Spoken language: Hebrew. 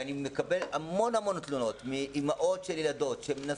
אני מקבל המון המון תלונות מאימהות של ילדות שממש